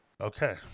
Okay